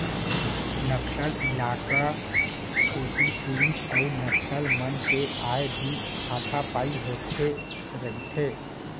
नक्सल इलाका कोती पुलिस अउ नक्सल मन के आए दिन हाथापाई होथे रहिथे